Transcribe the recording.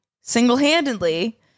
single-handedly